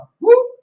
Woo